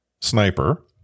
sniper